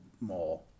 more